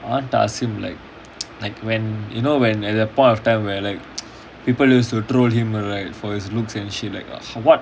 I want to ask him like like when you know when at that point of time when people use to throw him right for his looks and shit what